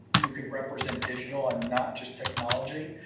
who could represent digital and not just technology.